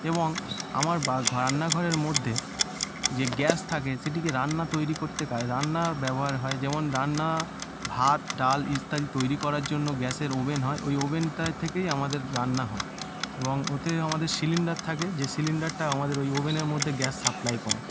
এবং আমার বা ঘর রান্নাঘরের মধ্যে যে গ্যাস থাকে সেটিকে রান্না তৈরি করতে কাজে রান্নার ব্যবহার হয় যেমন রান্না ভাত ডাল ইত্যাদি তৈরি করার জন্য গ্যাসের ওভেন হয় ওই ওভেনটা থেকেই আমাদের রান্না হয় এবং ওতে আমাদের সিলিন্ডার থাকে যে সিলিন্ডারটা আমাদের ওই ওভেনের মধ্যে গ্যাস সাপ্লাই করে